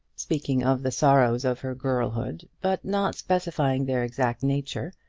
speaking of the sorrows of her girlhood, but not specifying their exact nature,